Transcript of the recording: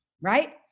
right